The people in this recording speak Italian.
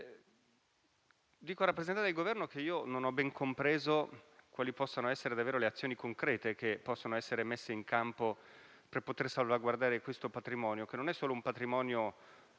dire al rappresentante del Governo che io non ho ben compreso quali siano le azioni concrete che possono essere messe in campo per salvaguardare questo patrimonio, che non è solo un patrimonio